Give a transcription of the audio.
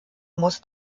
muss